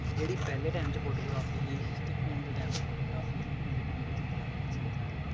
जेह्ड़ी पैह्ले टैम च फोटोग्राफी ही ते जेह्ड़ी हून दी फोटोग्राफी उं'दे दौनें च बड़ा जैदा चेंज़ आऐ दा